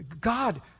God